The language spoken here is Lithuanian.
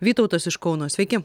vytautas iš kauno sveiki